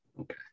Okay